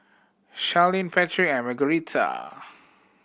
Sharlene Patric and Margueritta